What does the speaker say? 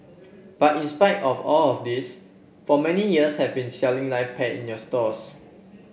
but in spite of all of this for many years have been selling live pets in your stores